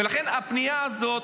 ולכן הפנייה הזאת,